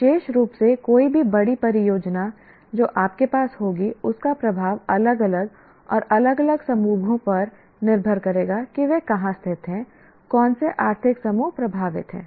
विशेष रूप से कोई भी बड़ी परियोजना जो आपके पास होगी उसका प्रभाव अलग अलग और अलग अलग समूहों पर निर्भर करेगा कि वह कहाँ स्थित है कौन से आर्थिक समूह प्रभावित हैं